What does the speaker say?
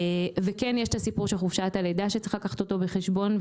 כן יש את הסיפור של חופשת הלידה שצריך לקחת אותו בחשבון,